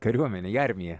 kariuomenei armija